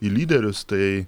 į lyderius tai